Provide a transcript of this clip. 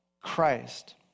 Christ